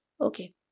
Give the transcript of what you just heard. Okay